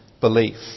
belief